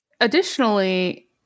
Additionally